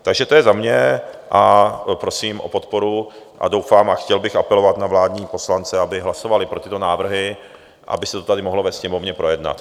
Takže to je za mne, prosím o podporu a doufám, a chtěl bych apelovat na vládní poslance, aby hlasovali pro tyto návrhy, aby se to tady mohlo ve Sněmovně projednat.